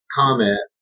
comment